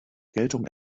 geltung